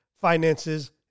finances